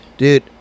Dude